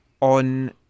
on